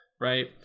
Right